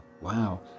Wow